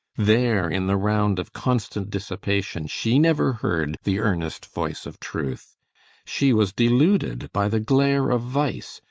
there, in the round of constant dissipation, she never heard the earnest voice of truth she was deluded by the glare of vice,